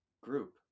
group